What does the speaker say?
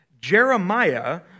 Jeremiah